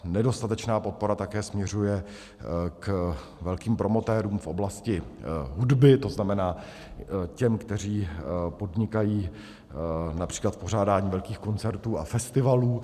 Nedostatečná podpora také směřuje k velkým promotérům v oblasti hudby, to znamená těm, kteří podnikají např. v pořádání velkých koncertů a festivalů.